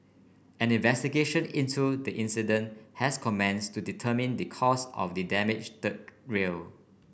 an investigation into the incident has commenced to determine the cause of the damaged rail